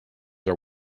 are